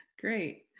Great